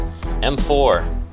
M4